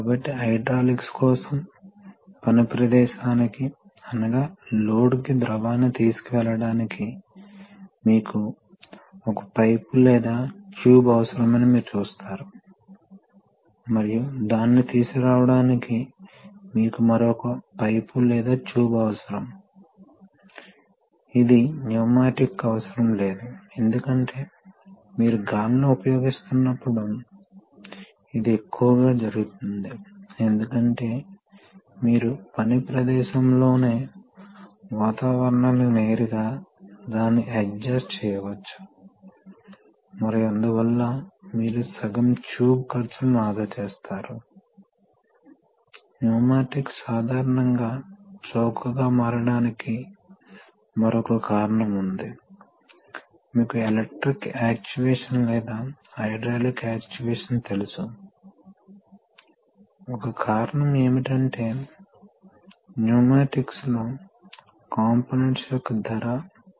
కాబట్టి ఇది pilot port మొదట మనము దానిని మూసివేసి ఉంచినట్లు అనుకుందాం కాబట్టి మీరు దానిని మూసివేస్తే అది మూసివేయబడిందని అనుకుందాం కాబట్టి సాధారణంగా ద్రవం దీని గుండా ప్రవహిస్తుంది దీని గుండా వెళుతుంది లేదా దీనికి విరుద్ధంగా ఉంటుంది ఇది దీని గుండా వెళుతుంది మరియు దీనివల్ల కాదు వాస్తవానికి ఏమి జరుగుతుంది ద్రవం ఈ ట్యాంక్ గుండా ప్రవహిస్తుంది మరియు బయటకు వెళుతుంది క్షమించండి కాబట్టి ఈ ద్రవం ట్యాంక్ గుండా వెళుతుంది ఇది ఇన్లెట్ పోర్ట్ మరియు ఇది అవుట్లెట్ పోర్ట్ మరియు ఇది వాస్తవానికి హాలో గా ఉంది మరియు ఇక్కడ కొంచెం రంధ్రం ఉంది క్యాపిల్లరీ వంటి కొంచెం ఓపెనింగ్ ఉంది ఇది ఇక్కడ చూపబడలేదు